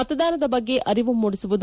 ಮತದಾನದ ಬಗ್ಗೆ ಅರಿವು ಮೂಡಿಸುವುದು